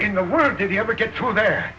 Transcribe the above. in the world did you ever get through the